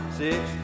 six